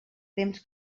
temps